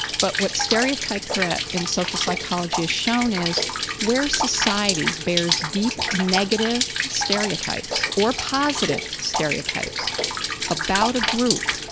but what stereotype threat in social psychology has shown is where society bears deep, negative stereotypes or positive stereotypes about a group,